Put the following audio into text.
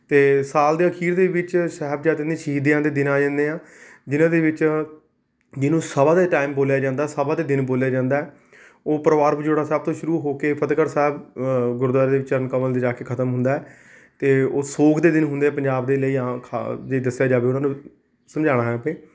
ਅਤੇ ਸਾਲ ਦੇ ਅਖੀਰ ਦੇ ਵਿੱਚ ਸਾਹਿਬਜ਼ਾਦਿਆਂ ਦੇ ਸ਼ਹੀਦੀਆਂ ਦੇ ਦਿਨ ਆ ਜਾਂਦੇ ਆ ਜਿਹਨਾਂ ਦੇ ਵਿੱਚ ਜਿਹਨੂੰ ਸਭਾ ਦੇ ਟਾਈਮ ਬੋਲਿਆ ਜਾਂਦਾ ਸਭਾ ਦੇ ਦਿਨ ਬੋਲਿਆ ਜਾਂਦਾ ਹੈ ਉਹ ਪਰਿਵਾਰ ਵਿਛੋੜਾ ਸਾਹਿਬ ਤੋਂ ਸ਼ੁਰੂ ਹੋ ਕੇ ਫਤਿਹਗੜ੍ਹ ਸਾਹਿਬ ਗੁਰਦੁਆਰਾ ਦੇ ਵਿੱਚ ਚਰਨ ਕਮਲ ਵਿੱਚ ਜਾ ਕੇ ਖ਼ਤਮ ਹੁੰਦਾ ਹੈ ਅਤੇ ਉਹ ਸੋਗ ਦੇ ਦਿਨ ਹੁੰਦੇ ਹੈ ਪੰਜਾਬ ਦੇ ਲਈ ਹਾਂ ਖਾ ਜੇ ਦੱਸਿਆ ਜਾਵੇ ਉਹਨਾਂ ਨੂੰ ਵੀ ਸਮਝਾਉਣਾ ਹੈ ਪਈ